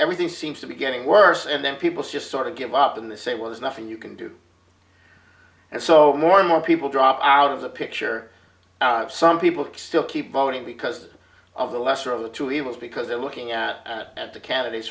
everything seems to be getting worse and then people just sort of give up in the say well there's nothing you can do and so more and more people drop out of the picture some people still keep voting because of the lesser of the two evils because they're looking at the candidates